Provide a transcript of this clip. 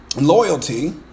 Loyalty